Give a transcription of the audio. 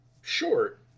short